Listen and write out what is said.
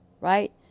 right